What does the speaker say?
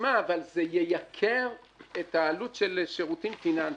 אבל זה ייקר את העלות של שירותים פיננסיים.